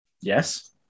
Yes